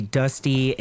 dusty